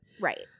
Right